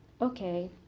okay